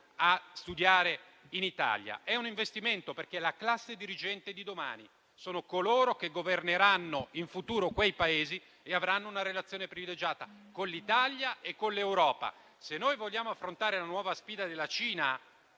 a studiare in Italia. È un investimento, perché la classe dirigente di domani, coloro che governeranno in futuro quei Paesi, avranno così una relazione privilegiata con l'Italia e con l'Europa. Se noi vogliamo affrontare la nuova sfida della Cina,